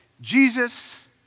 Jesus